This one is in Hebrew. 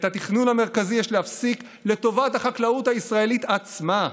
את התכנון המרכזי יש להפסיק לטובת החקלאות הישראלית עצמה.